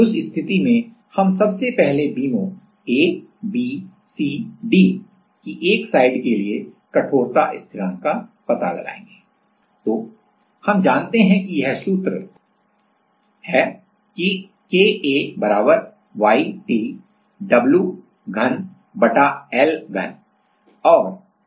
उस स्थिति में हम सबसे पहले बीमों ABC D की एक साइड के लिए कठोरता स्थिरांक का पता लगाएंगे तो हम जानते हैं कि यह सूत्र है कि KA Y t W3L3